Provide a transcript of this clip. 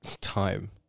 time